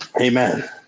amen